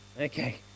Okay